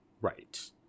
Right